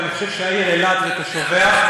ואני חושב שהעיר אילת ותושביה,